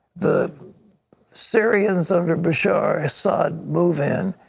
the syrians under bashar al-assad move in,